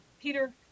Peter